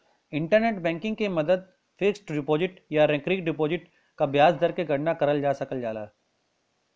internet banking क मदद fixed deposit या रेकरिंग डिपाजिट क ब्याज दर क गणना करल जा सकल जाला